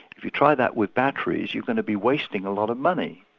if you try that with batteries you're going to be wasting a lot of money.